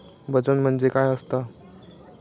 वजन म्हणजे काय असता?